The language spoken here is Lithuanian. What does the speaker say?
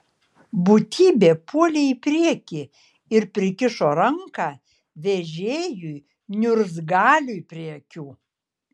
būtybė puolė į priekį ir prikišo ranką vežėjui niurzgaliui prie akių